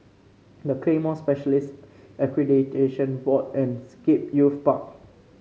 The Claymore Specialists Accreditation Board and Scape Youth Park